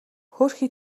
хөөрхий